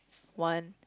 one